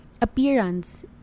appearance